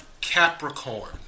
Capricorn